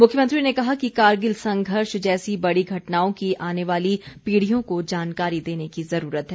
मुख्यमंत्री ने कहा कि कारगिल संघर्ष जैसी बड़ी घटनाओं की आने वाली पीढ़ियों को जानकारी देने की ज़रूरत है